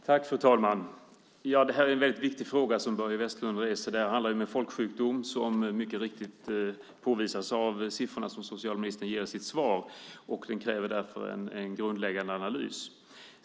Fru talman! Det är en väldigt viktig fråga som Börje Vestlund tar upp. Det här handlar ju om en folksjukdom, vilket mycket riktigt visas av siffrorna som socialministern ger i sitt svar. Den kräver därför också en grundläggande analys.